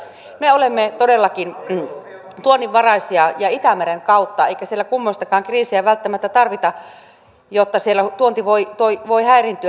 me olemme todellakin tuonnin varassa ja itämeren kautta eikä siellä kummoistakaan kriisiä välttämättä tarvita jotta siellä tuonti voi häiriintyä